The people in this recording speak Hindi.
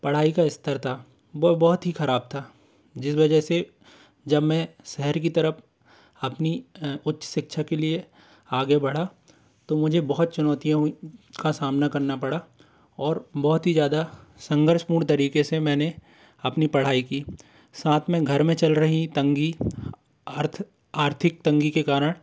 पढ़ाई का स्तर था बहुत ही ख़राब था जिस वजह से जब मैं शहर की तरफ अपनी उच्च शिक्षा के लिए आगे बढ़ा तो मुझे बहुत चुनौतियाँ हुई का सामना करना पड़ा और बहुत ही ज़्यादा संघर्षपूर्ण तरीके से मैंने अपनी पढ़ाई की साथ में घर में चल रही तंगी अर्थ आर्थिक तंगी के कारण